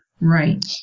Right